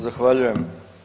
Zahvaljujem.